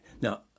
now